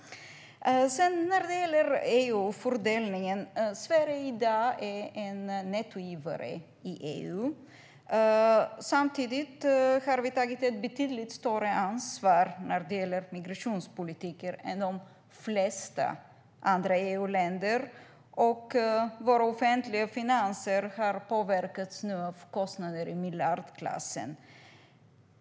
Vad gäller fördelningen vet vi att Sverige i dag är nettogivare i EU. Samtidigt har vi tagit ett betydligt större ansvar för migrationen än de flesta andra EU-länder. Våra offentliga finanser har påverkats med kostnader i miljardklassen.